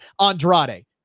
Andrade